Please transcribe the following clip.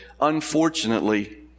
Unfortunately